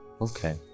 Okay